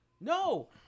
No